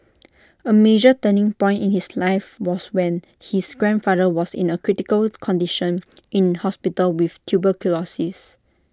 A major turning point in his life was when his grandfather was in A critical condition in hospital with tuberculosis